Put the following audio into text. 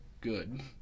good